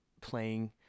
playing